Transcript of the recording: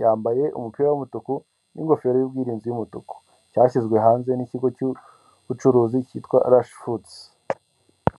yambaye umupira w'umutuku n'ingofero y'ubwirinzi y'umutuku, cyashyizwe hanze n'ikigo cy'ubucuruzi cyitwa rashifuduzi.